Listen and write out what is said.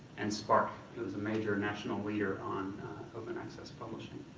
and sparc, who is a major national leader on open access publishing.